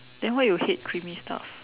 then why you hate creamy stuff